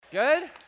Good